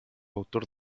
autor